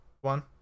one